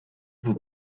vous